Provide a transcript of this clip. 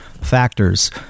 factors